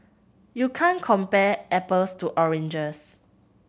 you can't compare apples to oranges